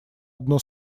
одно